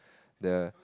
the